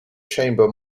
chamber